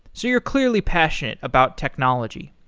so you're clearly passionate about technology.